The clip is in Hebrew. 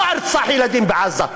לא ארצח ילדים בעזה.